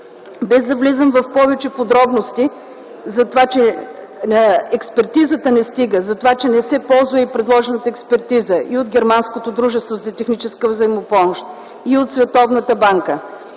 без да влизам в повече подробности за това, че експертизата не стига, за това, че не се ползва и предложената експертиза и от Германското дружество за техническа взаимопомощ, и от Световната банка,